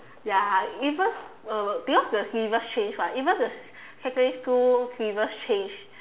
ya even uh because the syllabus change [what] even the secondary school syllabus change